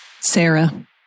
Sarah